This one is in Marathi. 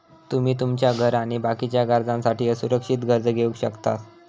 तुमी तुमच्या घर आणि बाकीच्या गरजांसाठी असुरक्षित कर्ज घेवक शकतास